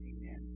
Amen